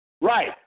Right